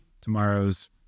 Tomorrow's